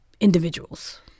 individuals